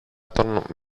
των